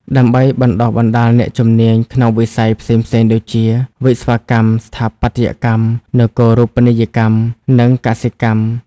ដើម្បីបណ្តុះបណ្តាលអ្នកជំនាញក្នុងវិស័យផ្សេងៗដូចជា វិស្វកម្ម ស្ថាបត្យកម្ម នគរូបនីយកម្ម និងកសិកម្ម។